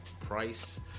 price